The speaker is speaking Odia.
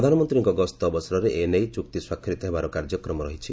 ପ୍ରଧାନମନ୍ତ୍ରୀଙ୍କ ଗସ୍ତ ଅବସରରେ ଏନେଇ ଚୁକ୍ତି ସ୍ୱାକ୍ଷରିତ ହେବାର କାର୍ଯ୍ୟକ୍ରମ ରହିଛି